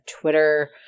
Twitter